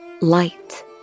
light